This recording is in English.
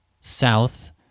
south